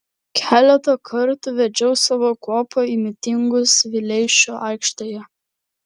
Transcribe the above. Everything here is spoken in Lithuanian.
keletą kartų vedžiau savo kuopą į mitingus vileišio aikštėje